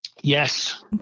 Yes